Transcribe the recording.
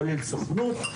כולל סוכנות,